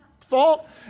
fault